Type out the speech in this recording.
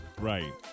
Right